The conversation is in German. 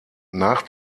nach